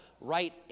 right